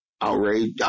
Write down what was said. outrage